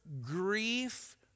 grief